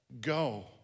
go